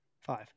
Five